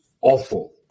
awful